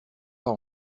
pas